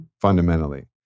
fundamentally